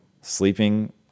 sleeping